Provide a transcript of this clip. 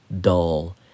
dull